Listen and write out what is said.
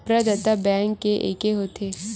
प्रदाता बैंक के एके होथे?